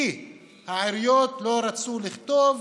כי העיריות לא רצו לכתוב: